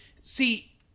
see